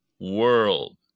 world